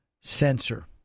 sensor